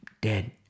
dead